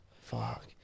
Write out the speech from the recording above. Fuck